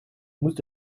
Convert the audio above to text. moest